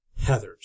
Heathers